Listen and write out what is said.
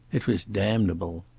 it was damnable.